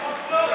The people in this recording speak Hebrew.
זה חוק טוב.